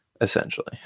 essentially